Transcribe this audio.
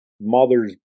mother's